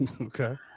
Okay